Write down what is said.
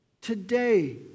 today